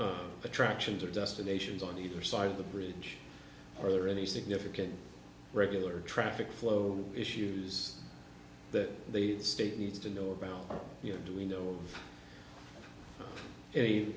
r attractions or destinations on either side of the bridge are there any significant regular traffic flow issues that the state needs to know about you know do we know of